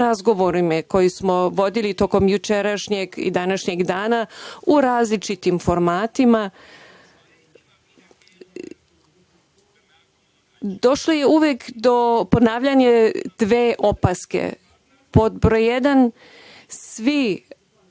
razgovorima koje smo vodili tokom jučerašnjeg i današnjeg dana, u različitim formatima, došli smo uvek do ponavljanja dve opaske. Pod broj jedan, svi